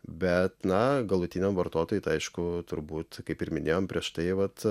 bet na galutiniam vartotojui tai aišku turbūt kaip ir minėjom prieš tai vat